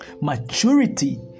Maturity